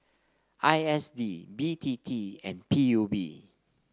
I S D B T T and P U B